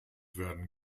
werden